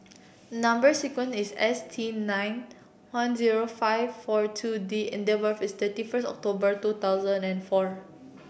number sequence is S T nine one zero five four two D and date of birth is thirty first October two thousand and four